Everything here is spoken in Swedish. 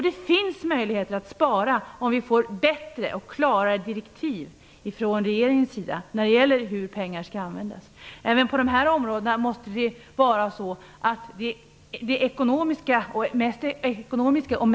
Det finns möjligheter att spara, om regeringen ger bättre och klarare direktiv om hur pengar skall användas. Även på dessa områden måste det mest ekonomiska och effektiva gälla.